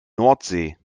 nordsee